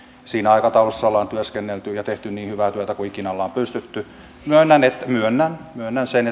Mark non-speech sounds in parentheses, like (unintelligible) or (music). siinä aikataulussa ollaan työskennelty ja tehty niin hyvää työtä kuin ikinä ollaan pystytty myönnän myönnän sen (unintelligible)